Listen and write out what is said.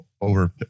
over